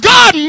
God